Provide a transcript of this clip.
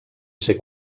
ser